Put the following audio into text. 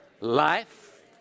life